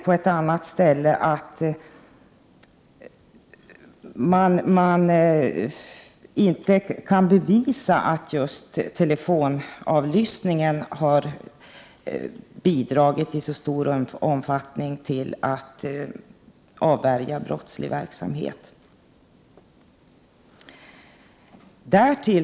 På ett annat ställe står det att man inte kan bevisa att just telefonavlyssningen i särskilt stor omfattning har bidragit till att brottslig verksamhet kunnat avvärjas.